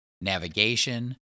navigation